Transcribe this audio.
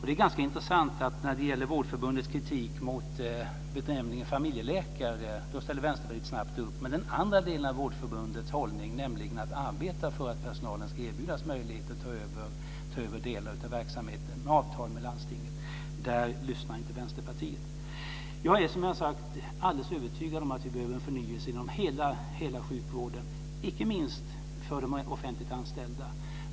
Det är ganska intressant att när det gäller Vårdförbundets kritik mot benämningen familjeläkare ställer Vänsterpartiet snabbt upp, men den andra delen av Vårdförbundets hållning, nämligen att arbeta för att personalen ska erbjudas möjligheter att ta över delar av verksamheten i avtal med landstingen, lyssnar inte Vänsterpartiet. Jag är helt övertygad om, som jag har sagt, att vi behöver en förnyelse inom hela sjukvården, icke minst för de offentligt anställda.